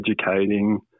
educating